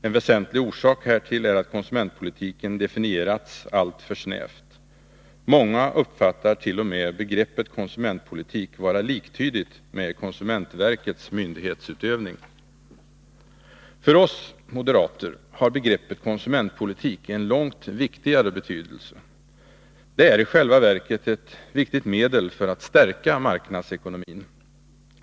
En väsentlig orsak härtill är att konsumentpolitiken definierats alltför snävt. Många uppfattar t.o.m. begreppet konsumentpolitik som liktydigt med konsumentverkets myndighetsutövning. För oss moderater har begreppet konsumentpolitik en långt viktigare betydelse. Det är i själva verket ett viktigt medel för att stärka marknadsekonomin.